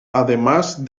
además